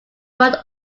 front